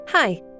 Hi